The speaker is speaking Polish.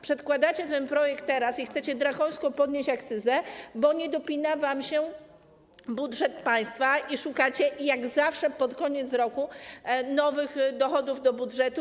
Przedkładacie ten projekt teraz i chcecie drakońsko podnieść akcyzę, bo nie dopina wam się budżet państwa i szukacie jak zawsze pod koniec roku nowych dochodów do budżetu.